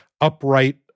upright